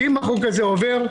אם החוק הזה עובר,